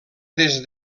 des